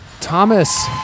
Thomas